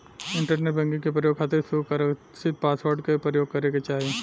internet banking के प्रयोग खातिर सुरकछित पासवर्ड के परयोग करे के चाही